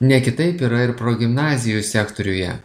ne kitaip yra ir progimnazijų sektoriuje